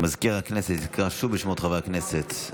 מזכיר הכנסת יקרא שוב בשמות חברי הכנסת,